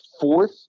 fourth